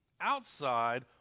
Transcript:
outside